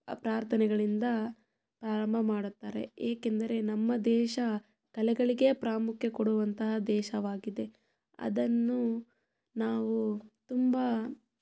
ಪ್ರಾರ್ಥನೆಗಳಿಂದ ಪ್ರಾರಂಭ ಮಾಡುತ್ತಾರೆ ಏಕೆಂದರೆ ನಮ್ಮ ದೇಶ ಕಲೆಗಳಿಗೇ ಪ್ರಾಮುಖ್ಯ ಕೊಡುವಂತಹ ದೇಶವಾಗಿದೆ ಅದನ್ನು ನಾವು ತುಂಬ